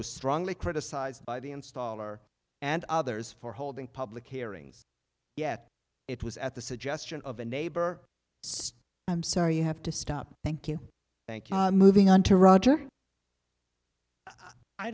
was strongly criticized by the installer and others for holding public hearings yet it was at the suggestion of a neighbor says i'm sorry you have to stop thank you thank you moving on to roger i